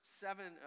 seven